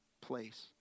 place